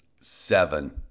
Seven